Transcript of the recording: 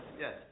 yes